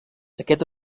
aquest